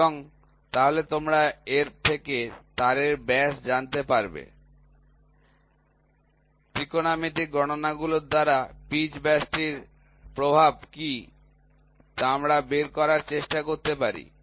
এবং তাহলে তোমরা এর থেকে তারের ব্যাস জানতে পার ত্রিকোণমিতিক গণনা গুলো দ্বারা পিচ ব্যাসটির প্রভাব কী আমরা তা বের করার চেষ্টা করতে পারি